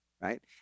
Right